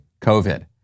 COVID